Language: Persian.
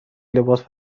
لباس